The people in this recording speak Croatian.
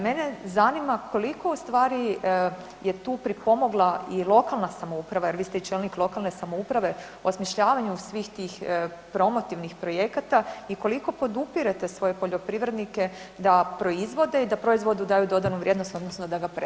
Mene zanima koliko ustvari je tu pripomagla i lokalna samouprava jer vi ste i čelnik lokalne samouprave, u osmišljavanju svih tih promotivnih projekata i koliko podupirete svoje poljoprivrednike da proizvode i da proizvodu daju dodanu vrijednost odnosno da ga prerade?